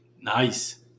Nice